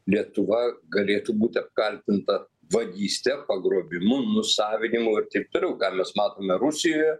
lietuva galėtų būti apkaltinta vagyste pagrobimu nusavinimu ir taip toliau ką mes matome rusijoje